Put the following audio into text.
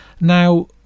now